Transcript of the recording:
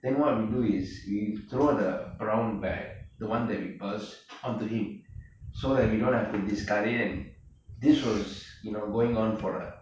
then what you do is we throw the brown bag the one that we burst onto him so that we don't have discarded it and this was you know going on for a